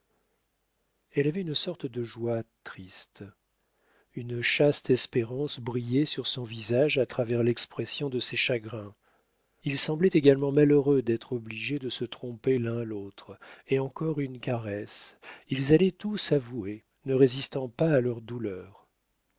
elle avait une sorte de joie triste une chaste espérance brillait sur son visage à travers l'expression de ses chagrins ils semblaient également malheureux d'être obligés de se tromper l'un l'autre et encore une caresse ils allaient tout s'avouer ne résistant pas à leurs douleurs